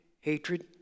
hatred